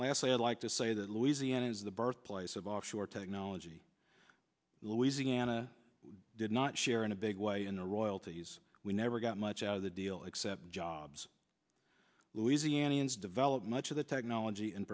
last i'd like to say that louisiana is the birthplace of offshore technology louisiana did not share in a big way in the royalties we never got much out of the deal except jobs louisianians develop much of the technology and